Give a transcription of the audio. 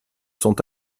sont